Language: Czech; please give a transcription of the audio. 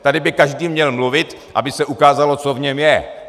Tady by každý měl mluvit, aby se ukázalo, co v něm je.